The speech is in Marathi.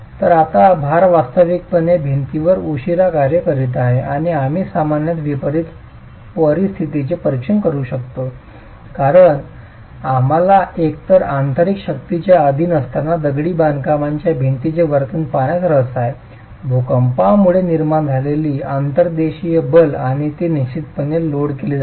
तर आता भार वास्तविकपणे भिंतीवर उशिरा कार्य करीत आहे आणि आम्ही सामान्यत वितरित परिस्थितीचे परीक्षण करू शकतो कारण आम्हाला एकतर आंतरिक शक्तींच्या अधीन असताना दगडी बांधकामाच्या भिंतीचे वर्तन पाहण्यात रस आहे भूकंपामुळे निर्माण झालेली अंतर्देशीय बल आणि ती निश्चितपणे लोड केली जाते